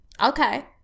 okay